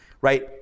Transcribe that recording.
right